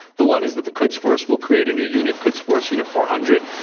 the one is that the quds force will create a new unit, quds force unit four hundred,